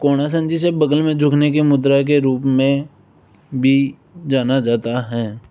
कोणासन जिसे बगल में झुकने की मुद्रा के रूप में भी जाना जाता है